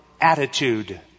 attitude